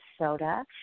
soda